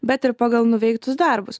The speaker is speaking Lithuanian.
bet ir pagal nuveiktus darbus